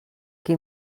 qui